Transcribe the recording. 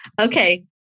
Okay